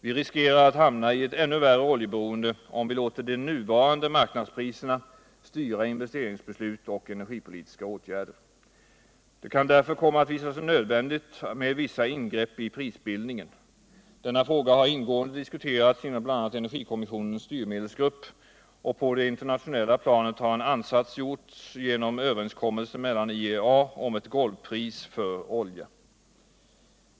Vi riskerar att hamna i ännu värre oljeberoende om vi låter nuvarande oljepriser styra investeringsbeslut och energipolitiska åtgärder. Det kan därför komma att visa sig nödvändigt med vissa ingrepp i prisbildningen. Denna fråga har ingående diskuterats inom bl.a. energikommissionens styrmedelsgrupp. och på det internationella planet har en ansats gjorts genom överenskommelse inom IEA om ett golvpris för olja.